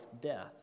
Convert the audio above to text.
death